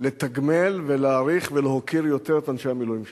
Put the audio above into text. לתגמל ולהעריך ולהוקיר יותר את אנשי המילואים שלנו.